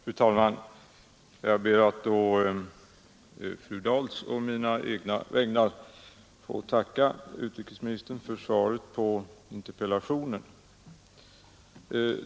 Fru talman! Jag ber att på fru Dahls och mina egna vägnar få tacka utrikesministern för svaret på interpellationen.